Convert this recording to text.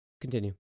continue